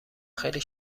خیلی